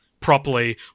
properly